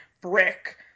Brick